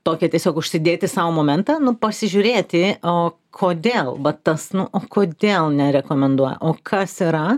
nu tokią tiesiog užsidėti sau momentą nu pasižiūrėti o kodėl vat tas nu o kodėl ne rekomenduoja o kas yra